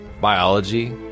biology